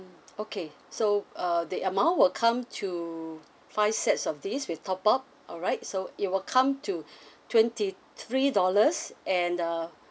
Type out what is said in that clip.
okay so uh the amount will come to five sets of these with top up alright so it will come to twenty three dollars and uh